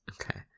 Okay